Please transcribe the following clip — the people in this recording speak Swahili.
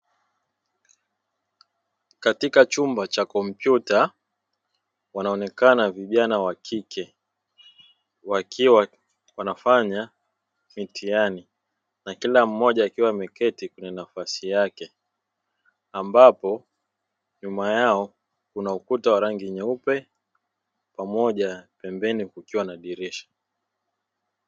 Katika chumba cha kompyuta wanaonekana vijana wakike wakiwa wanafanya mitihani na kila mmoja akiwa ameketi kwenye nafasi yake, ambapo nyuma yao kuna ukuta wa rangi nyeupe pembeni kukiwa na dirisha.